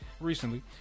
Recently